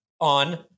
on